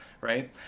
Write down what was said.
Right